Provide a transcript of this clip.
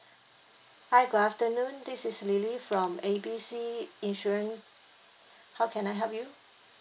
hi good afternoon this is lily from A B C insurance how can I help you